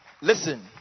listen